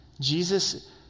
Jesus